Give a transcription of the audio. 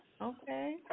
Okay